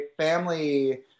family